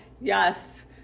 yes